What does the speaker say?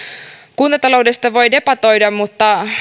kuntataloudesta voi debatoida mutta